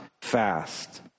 fast